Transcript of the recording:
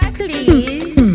please